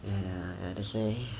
ya ya ya that's why